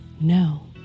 no